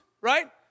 right